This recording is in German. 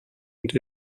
und